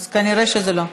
אז כנראה לא.